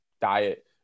diet